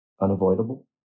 unavoidable